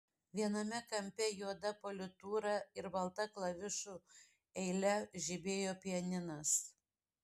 viename kampe juoda politūra ir balta klavišų eile žibėjo pianinas